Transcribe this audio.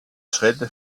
schritte